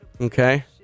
Okay